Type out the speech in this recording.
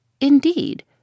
Indeed